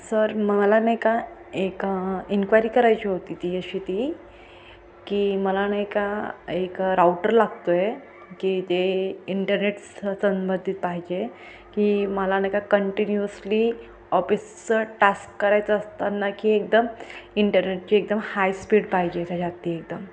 sir मला नाही का एक इन्क्वायरी करायची होती ती अशी ती की मला नाही का एक राऊटर लागतो आहे की ते इंटरनेटस संबधित पाहिजे की मला नाही का कंटिन्युअसली ऑफिसचं टास्क करायचं असताना की एकदम इंटरनेटची एकदम हाय स्पीड पाहिजे त्याच्यात ती एकदम